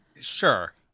Sure